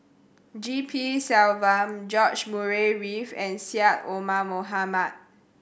G P Selvam George Murray Reith and Syed Omar Mohamed